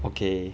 okay